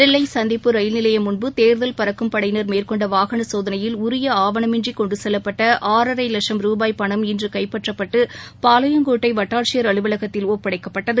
நெல்லை சந்திப்பு ரயில் நிலையம் முன்பு தேர்தல் பறக்கும் படையினர் மேற்கொண்ட வாகன சோதனையில் உரிய ஆவணமின்றி கொண்டுசெல்லப்பட்ட ஆறரை லட்ச ரூபாய் பணம் இன்று கைப்பற்றப்பட்டு பாளையங்கோட்டை வட்டாட்சியர் அலுவலகத்தில் ஒப்படைக்கப்பட்டது